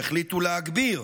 שהחליטו להגביר